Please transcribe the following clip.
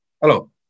Hello